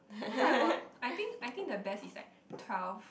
cause I was I think I think the best is like twelve